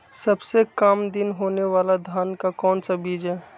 सबसे काम दिन होने वाला धान का कौन सा बीज हैँ?